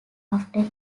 after